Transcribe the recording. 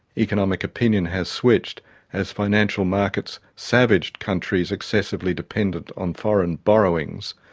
economic opinion has switched as financial markets savaged countries excessively dependent on foreign borrowings.